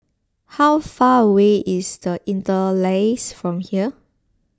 how far away is the Interlace from here